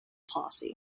posse